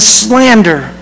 slander